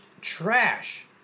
trash